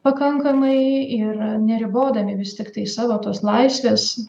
pakankamai ir neribodami vis tiktai savo tos laisvės